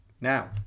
Now